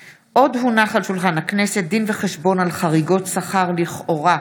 הצעת חוק השכלה גבוהה חינם,